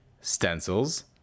stencils